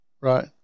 Right